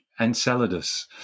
Enceladus